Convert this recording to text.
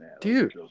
dude